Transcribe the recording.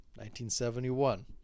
1971